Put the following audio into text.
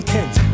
Kent